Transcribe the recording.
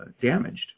damaged